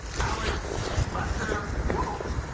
alex lester wolf